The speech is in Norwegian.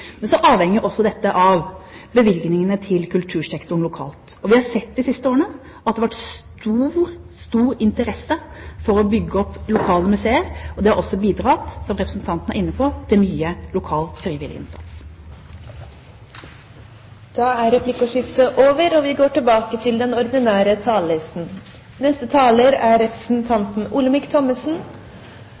Men så avhenger dette også av bevilgningene til kultursektoren lokalt. Vi har sett de siste årene at det har vært stor interesse for å bygge opp lokale museer, og det har også bidratt til, som representanten var inne på, mye lokal, frivillig innsats. Replikkordskiftet er over. De talere som heretter får ordet, har en taletid på inntil 3 minutter. Det er